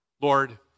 Lord